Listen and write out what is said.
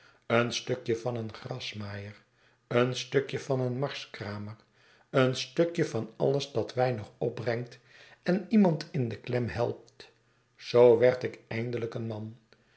een stukje van een grasmaaier een stukje van een marskramer een stukje van alles dat weinig opbrengt en iemand in de klem helpt zoo werd ikeindelijk een man